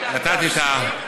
ולכן אני נתתי את הנימוקים,